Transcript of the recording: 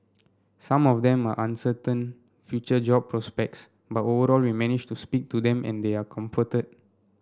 some of them uncertain future job prospects but overall we managed to speak to them and they are comforted